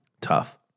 Tough